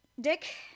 Dick